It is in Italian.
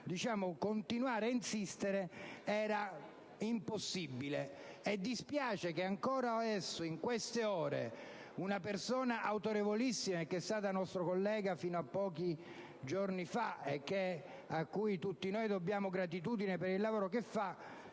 continuare ad insistere era impossibile. Dispiace che ancora adesso, in queste ore, una persona autorevolissima, che è stato nostro collega fino a pochi giorni fa ed al quale tutti noi dobbiamo gratitudine per il lavoro che